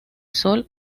sol